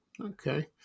okay